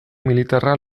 militarra